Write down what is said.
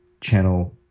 channel